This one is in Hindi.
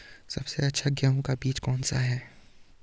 सबसे अच्छा गेहूँ का बीज कौन सा है?